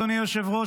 אדוני היושב-ראש,